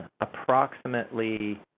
approximately